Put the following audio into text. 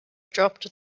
dropped